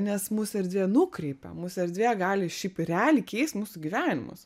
nes mus erdvė nukreipia mus erdvė gali šiaip realiai keist mūsų gyvenimus